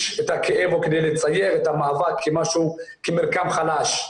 את הכאב או כדי לצייר את המאבק כמרקם חלש.